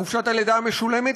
חופשת הלידה המשולמת,